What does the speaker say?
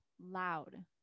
loud